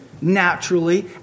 naturally